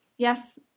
Yes